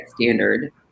standard